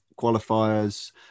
qualifiers